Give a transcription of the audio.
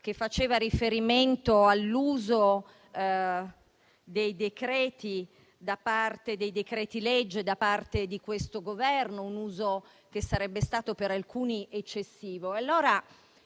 che faceva riferimento all'uso dei decreti-legge da parte di questo Governo, che sarebbe stato per alcuni eccessivo.